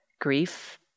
grief